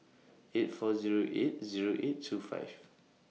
eight four Zero eight Zero eight two five